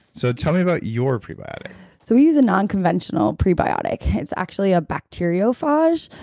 so tell me about your prebiotic so we use a non-conventional prebiotic. it's actually a bacteriophage,